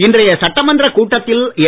இன்றைய சட்டமன்றக் கூட்டத்தில் என்